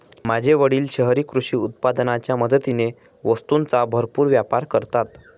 माझे वडील शहरी कृषी उत्पादनाच्या मदतीने वस्तूंचा भरपूर व्यापार करतात